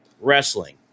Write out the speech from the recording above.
wrestling